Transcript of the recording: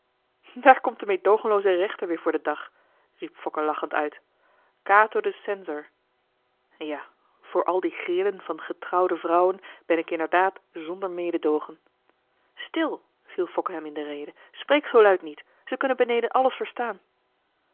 daar komt de medoogenlooze rechter weer voor den dag riep fokke lachend uit cato de censor ja voor al die grillen van getrouwde vrouwen ben ik inderdaad zonder mededoogen stil viel fokke hem in de rede spreek zoo luid niet zij kunnen beneden alles verstaan